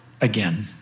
again